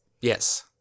Yes